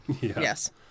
yes